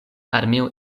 armeo